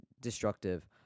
destructive